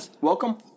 Welcome